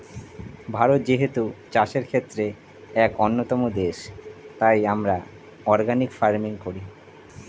ভারত যেহেতু চাষের ক্ষেত্রে এক অন্যতম দেশ, তাই আমরা অর্গানিক ফার্মিং করি